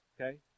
okay